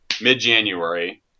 mid-January